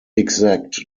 exact